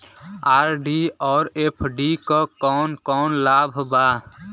RD और FD क कौन कौन लाभ बा?